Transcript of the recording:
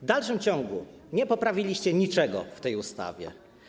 W dalszym ciągu nie poprawiliście niczego w tej ustawie.